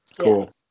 Cool